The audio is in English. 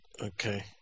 Okay